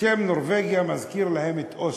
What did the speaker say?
השם נורבגיה מזכיר להם את אוסלו: